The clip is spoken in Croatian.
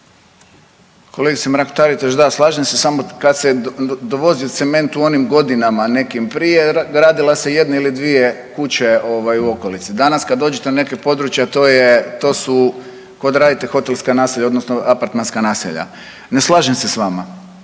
Kolegice Mrak Taritaš, da, slažem se samo kad se dovozio cement u onim godinama nekim prije gradila se jedna ili dvije kuće u okolici. Danas kada dođete na neka područja to su ko da radite hotelska naselja odnosno apartmanska naselja. Ne slažem se s vama.